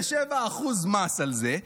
157% מס על זה,